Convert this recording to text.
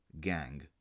gang